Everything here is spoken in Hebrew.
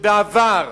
בעבר